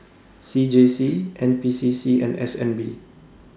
C J C N P C C and S N B